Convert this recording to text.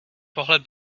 pohled